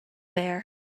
wear